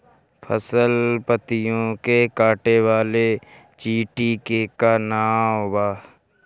फसल पतियो के काटे वाले चिटि के का नाव बा?